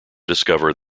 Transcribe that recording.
discover